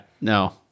No